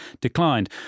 declined